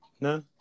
No